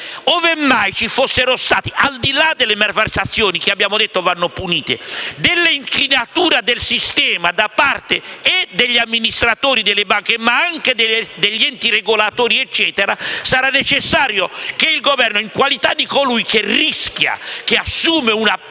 Ove mai ci fossero state, al di là delle malversazioni che abbiamo detto vanno punite, delle incrinature del sistema da parte degli amministratori delle banche, ma anche degli enti regolatori, sarà necessario che il Governo, in qualità di colui che rischia, che assume una